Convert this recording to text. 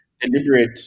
deliberate